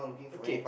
okay